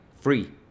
Free